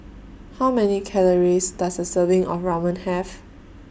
How Many Calories Does A Serving of Ramen Have